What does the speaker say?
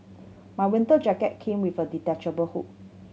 my winter jacket came with a detachable hood